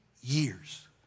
years